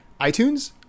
iTunes